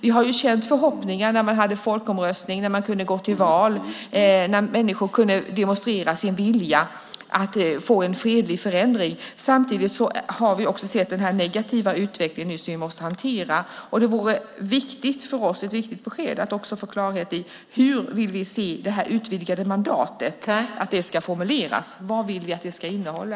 Vi har känt förhoppningar när man haft folkomröstning, när man kunnat gå till val, när människor kunnat demonstrera sin vilja att få en fredlig förändring. Samtidigt har vi sett den negativa utvecklingen, som vi måste hantera. Det vore ett viktigt besked för oss att få klarhet i hur det utvidgade mandatet ska formuleras. Vad vill vi att det ska innehålla?